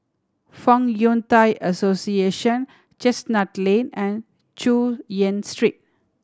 Fong Yun Thai Association Chestnut Lane and Chu Yen Street